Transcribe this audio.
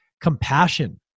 compassion